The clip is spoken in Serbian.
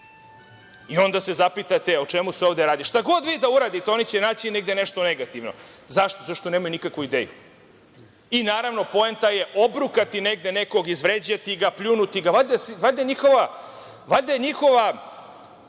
I onda se zapitate – o čemu se ovde radi? Šta god vi da uradite, oni će naći negde nešto negativno. Zašto? Zato što nemaju nikakvu ideju. I, naravno, poenta je obrukati negde nekog, izvređati ga, pljunuti ga. Valjda je njihova